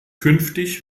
künftig